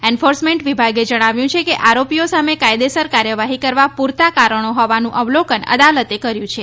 enforcement વિભાગે જણાવ્યું છે કે આરોપીઓ સામે કાયદેસર કાર્યવાહી કરવા પૂરતા કારણો હોવાનું અવલોકન અદાલતે કર્યું છે